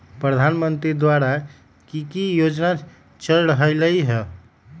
प्रधानमंत्री द्वारा की की योजना चल रहलई ह?